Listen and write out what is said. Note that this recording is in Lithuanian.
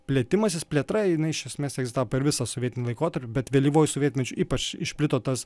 plėtimasis plėtra jinai iš esmės egzistavo per visą sovietinį laikotarpį bet vėlyvuoju sovietmečiu ypač išplito tas